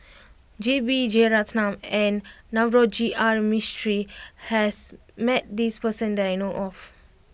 J B Jeyaretnam and Navroji R Mistri has met this person that I know of